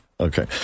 Okay